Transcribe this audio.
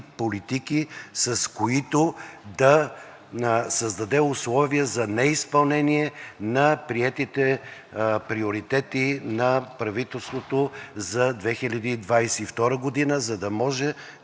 политики, с които да създаде условия за неизпълнение на приетите приоритети на правителството за 2022 г., за да може